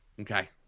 okay